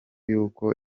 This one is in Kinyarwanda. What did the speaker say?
y’uko